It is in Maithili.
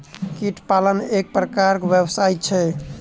कीट पालन एक प्रकारक व्यवसाय छै